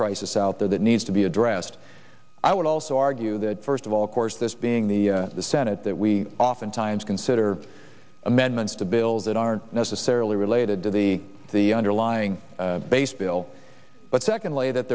crisis out there that needs to be addressed i would also argue that first of all course this being the senate that we oftentimes consider amendments to bills that aren't necessarily related to the the underlying base bill but secondly that